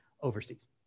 overseas